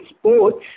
sports